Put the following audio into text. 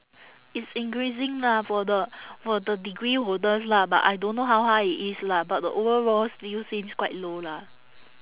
it's increasing lah for the for the degree holders lah but I don't know how high it is lah but the overall still seems quite low lah